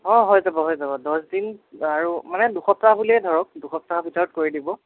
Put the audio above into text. অঁ হৈ যাব হৈ যাব দহ দিন আৰু মানে দুসপ্তাহ বুলিয়েই ধৰক দুসপ্তাহৰ ভিতৰত কৰি দিব